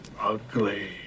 ugly